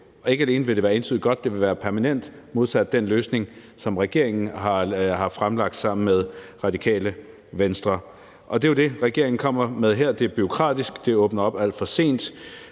jo. Ikke alene vil være entydigt godt; det vil være permanent modsat den løsning, som regeringen har fremlagt sammen med Radikale Venstre. Det er det, regeringen kommer med her. Det er bureaukratisk, det åbner op alt for sent,